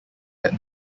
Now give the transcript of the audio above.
had